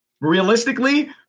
Realistically